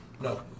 No